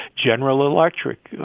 general electric, yeah